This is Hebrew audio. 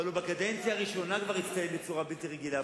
אבל הוא כבר בקדנציה הראשונה הצטיין בצורה בלתי רגילה.